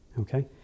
okay